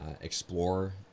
explore